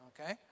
okay